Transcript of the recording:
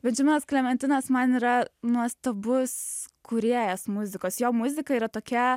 bendžiaminas klementinas man yra nuostabus kūrėjas muzikos jo muzika yra tokia